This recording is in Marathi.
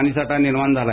पाणीसाठा निर्माण झाला